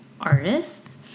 artists